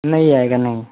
नहीं आएगा नहीं